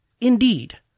Indeed